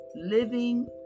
living